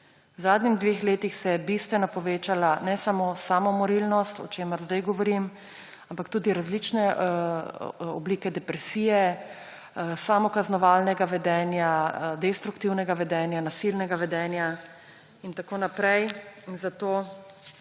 V zadnjih dveh letih se je bistveno povečala ne samo samomorilnost, o čemer zdaj govorim, ampak tudi različne oblike depresije, samokaznovalnega vedenja, destruktivnega vedenja, nasilnega vedenja in tako naprej. Zato